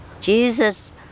Jesus